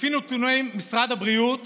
לפי נתוני משרד הבריאות